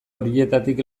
horietarik